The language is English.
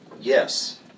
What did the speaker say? Yes